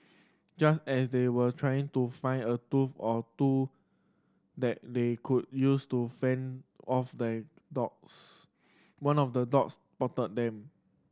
just as they were trying to find a tool or two that they could use to fend off the dogs one of the dogs spotted them